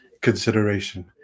consideration